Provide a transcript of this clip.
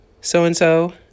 so-and-so